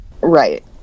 Right